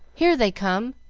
here they come!